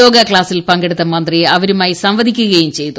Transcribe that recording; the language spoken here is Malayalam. യോഗക്ലാസിൽ പങ്കെടുത്ത മന്ത്രി അവരുമായി സംവദിക്കുകയും ചെയ്തു